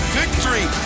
victory